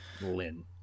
Lynn